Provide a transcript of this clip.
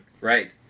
Right